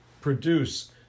produce